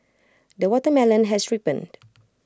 the watermelon has ripened